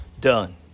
done